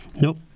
nope